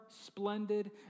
splendid